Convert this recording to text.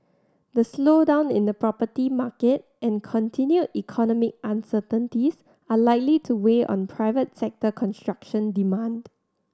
the slowdown in the property market and continued economic uncertainties are likely to weigh on private sector construction demand